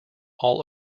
all